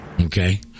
okay